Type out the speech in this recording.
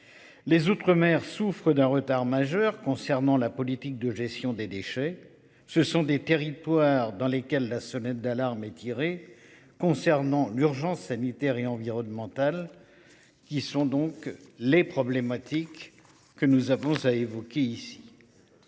Les outre-mer souffrent d'un retard majeur concernant la politique de gestion des déchets, ce sont des territoires dans lesquels la sonnette d'alarme est tirée, concernant l'urgence sanitaire et environnemental. Qui sont donc les problématiques que nous avons ça. Ici.